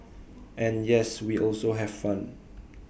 and yes we also have fun